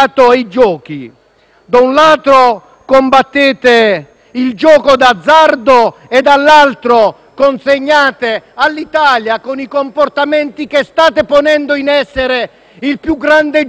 Da un lato combattete il gioco d'azzardo e dall'altro consegnate all'Italia, con i comportamenti che state ponendo in essere, il più grande gioco d'azzardo